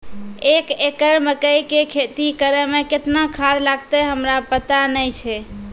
एक एकरऽ मकई के खेती करै मे केतना खाद लागतै हमरा पता नैय छै?